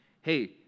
hey